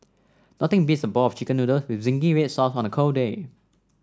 nothing beats a bowl of chicken noodles with zingy red sauce on a cold day